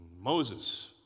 Moses